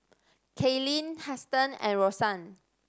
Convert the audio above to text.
Kaelyn Huston and Rosann